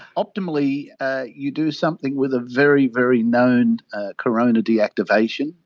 optimally you do something with a very, very known corona deactivation,